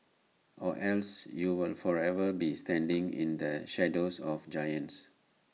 or else you will forever be standing in the shadows of giants